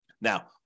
Now